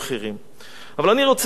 בהזדמנות שיש לי של שתי דקות,